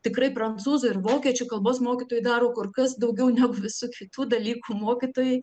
tikrai prancūzų ir vokiečių kalbos mokytojai daro kur kas daugiau negu visų kitų dalykų mokytojai